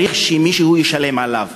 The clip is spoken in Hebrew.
צריך שמישהו ישלם עליו.